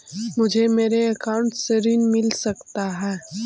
मुझे मेरे अकाउंट से ऋण मिल सकता है?